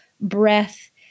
breath